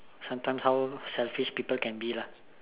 sometimes how selfish people can be lah